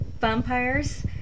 vampires